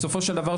בסופו של דבר,